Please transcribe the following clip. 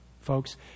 folks